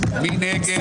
מי נגד?